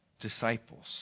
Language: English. disciples